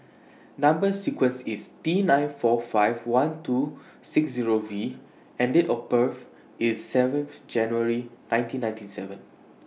Number sequence IS T nine four five one two six Zero V and Date of birth IS seven January nineteen ninety seven